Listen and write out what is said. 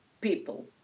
people